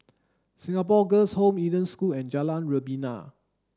Singapore Girls' Home Eden School and Jalan Rebana